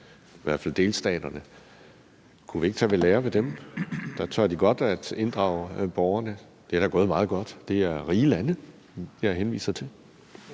i hvert fald delstaterne. Kunne vi ikke tage ved lære ved dem? Der tør de godt inddrage borgerne. Det er da gået meget godt. Det er rige lande, jeg henviser til.